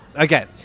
Okay